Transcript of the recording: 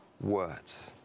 words